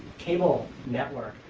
cable network.